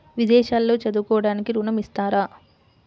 విదేశాల్లో చదువుకోవడానికి ఋణం ఇస్తారా?